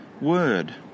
word